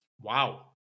Wow